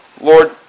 Lord